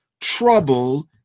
trouble